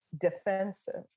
defensive